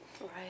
Right